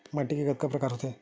माटी के कतका प्रकार होथे?